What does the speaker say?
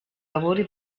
lavori